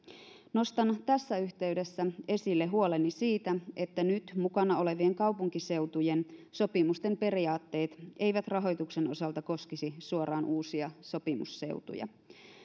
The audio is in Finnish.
nostan tässä yhteydessä esille huoleni siitä että nyt mukana olevien kaupunkiseutujen sopimusten periaatteet eivät rahoituksen osalta koskisi suoraan uusia sopimusseutuja